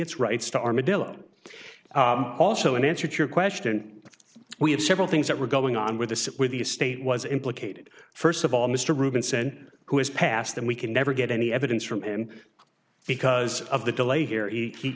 its rights to armadillo also in answer to your question we have several things that were going on with this with the state was implicated st of all mr robinson who has passed and we can never get any evidence from him because of the delay here